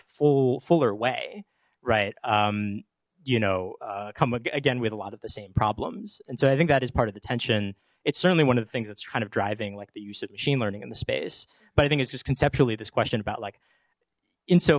full fuller way right you know come again with a lot of the same problems and so i think that is part of the tension it's certainly one of the things that's kind of driving like the use of machine learning in the space but i think it's just conceptually this question about like inso